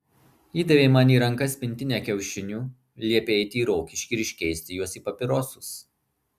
įdavė man į rankas pintinę kiaušinių liepė eiti į rokiškį ir iškeisti juos į papirosus